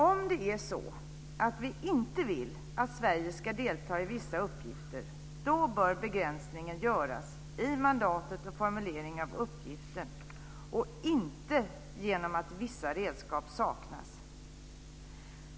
Om vi inte vill att Sverige ska delta i vissa uppgifter så bör begränsningen göras i mandatet och formuleringen av uppgiften, och inte genom att vissa redskap saknas.